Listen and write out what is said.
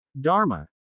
Dharma